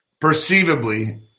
perceivably